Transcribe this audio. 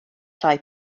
rhai